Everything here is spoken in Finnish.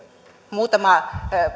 muutama